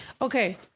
Okay